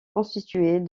constitués